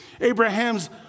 Abraham's